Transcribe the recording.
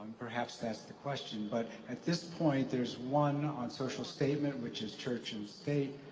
perhaps that's the question, but at this point, there's one on social statement, which is church and state,